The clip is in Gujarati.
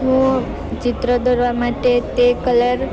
હું ચિત્ર દોરવા માટે તે કલર